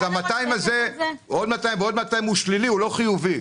ה-200 ועוד 200 זה נתון שלילי, לא חיובי.